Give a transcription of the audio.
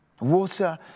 Water